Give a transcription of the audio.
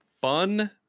fun